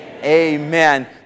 Amen